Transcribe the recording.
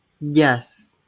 Yes